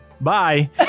Bye